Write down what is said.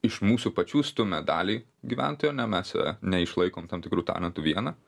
iš mūsų pačių stumia dalį gyventojų ane mes neišlaikom tam tikrų talentų viena